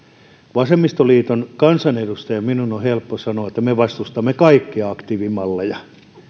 vasemmistoliiton kansanedustajana minun on helppo sanoa että me vastustamme kaikkia aktiivimalleja